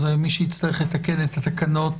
אז מי שיצטרך לתקן את התקנות